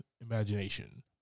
imagination